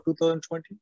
2020